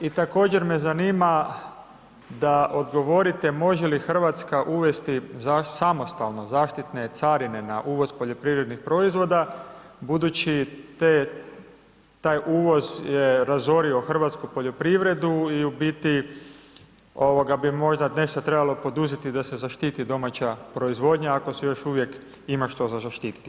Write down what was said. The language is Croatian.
I također me zanima da odgovorite, može li Hrvatska uvesti samostalno zaštitne carine na uvoz poljoprivrednih proizvoda, budući taj uvoz je razorio hrvatsku poljoprivredu i u biti bi možda nešto trebalo poduzeti da se zaštiti domaća proizvodnja, ako se još uvijek ima što za zaštititi?